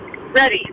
Ready